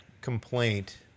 complaint